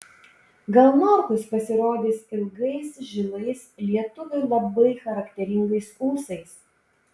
gal norkus pasirodys ilgais žilais lietuviui labai charakteringais ūsais